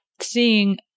seeing